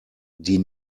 die